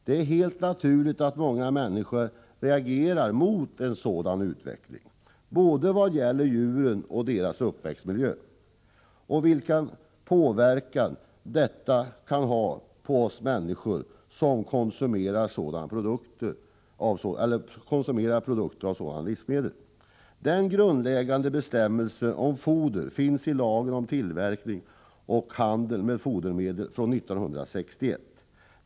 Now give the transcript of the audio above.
Det är helt naturligt att många människor reagerar mot en sådan utveckling, både vad gäller djuren och deras uppväxtmiljö och med tanke på den påverkan medlen kan ha på oss människor som konsumenter av livsmedel. De grundläggande bestämmelserna om foder finns i lagen om tillverkning av och handel med fodermedel m.m. från 1961.